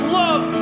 love